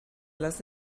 las